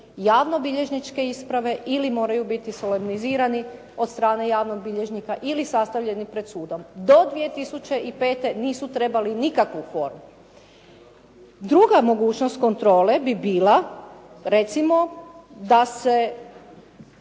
javnobilježničke isprave ili moraju biti solidarizirani od strane javnog bilježnika ili sastavljeni pred sudom. Do 2005. nisu trebali nikakvu formu. Druga mogućnost kontrole bi bila recimo da se